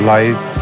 Light